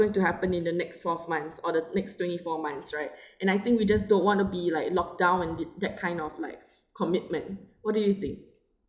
going to happen in the next twelve months or the next twenty four months right and I think we just don't wanna be like locked down on the that kind of like commitment what do you think